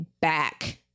back